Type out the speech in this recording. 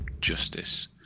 justice